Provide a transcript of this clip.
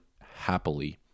happily